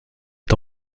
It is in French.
est